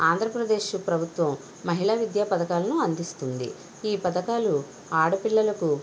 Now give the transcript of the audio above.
ఆంధ్రప్రదేశ్ ప్రభుత్వం మహిళా విద్యా పథకాలను అందిస్తుంది ఈ పథకాలు ఆడపిల్లలకు